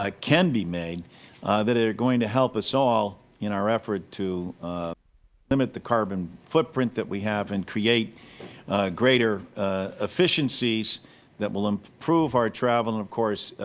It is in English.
like can be made that are going to help us all in our effort to limit the carbon footprint that we have and create greater efficiencies that will improve our travel, and of course,